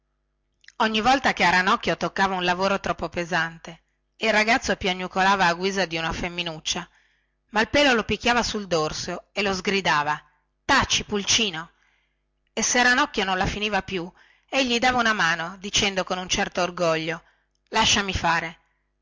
ogni volta che a ranocchio toccava un lavoro troppo pesante e ranocchio piagnucolava a guisa di una femminuccia malpelo lo picchiava sul dorso e lo sgridava taci pulcino e se ranocchio non la finiva più ei gli dava una mano dicendo con un certo orgoglio lasciami fare